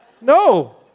No